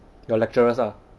your lecturers ah